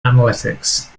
analytics